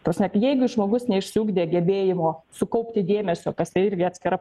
ta prasme jeigu žmogus neišsiugdė gebėjimo sukaupti dėmesio kas irgi atskira